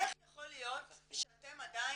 איך יכול להיות שאתם עדיין,